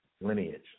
lineage